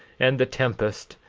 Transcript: and the tempest,